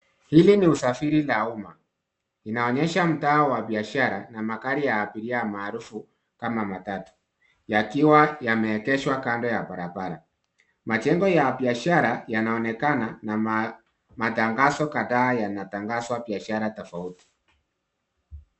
Hili ni usafiri wa uma. Inaonyesha mtaa wa biashara na magari ya abiria ya maarufu kama matatu, yakiwa yameegeshwa kando ya barabara. Majengo ya biashara yanaonekana na matangazo kadhaa yanatangazwa biashara tofauti.